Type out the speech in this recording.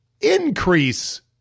increase